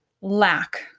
lack